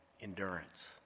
endurance